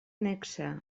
annexa